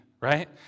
right